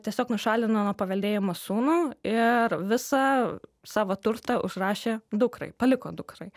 tiesiog nušalino nuo paveldėjimo sūnų ir visą savo turtą užrašė dukrai paliko dukrai